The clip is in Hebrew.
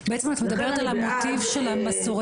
בעצם את מדברת על המוטיב של המסורתיות